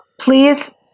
please